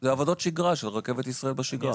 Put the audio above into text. אלו עבודות שגרה של רכבת ישראל בשגרה.